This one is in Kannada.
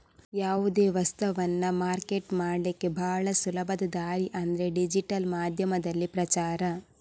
ಯಾವುದೇ ವಸ್ತವನ್ನ ಮಾರ್ಕೆಟ್ ಮಾಡ್ಲಿಕ್ಕೆ ಭಾಳ ಸುಲಭದ ದಾರಿ ಅಂದ್ರೆ ಡಿಜಿಟಲ್ ಮಾಧ್ಯಮದಲ್ಲಿ ಪ್ರಚಾರ